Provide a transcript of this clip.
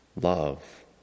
love